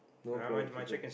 no problem with chicken